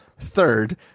third